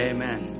Amen